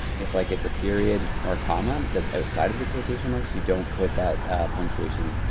if like it's a period or comma that's outside of the quotation marks you don't put that punctuation